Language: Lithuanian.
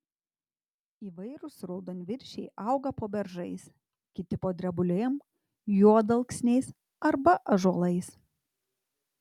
įvairūs raudonviršiai auga po beržais kiti po drebulėm juodalksniais arba ąžuolais